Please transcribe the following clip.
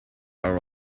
are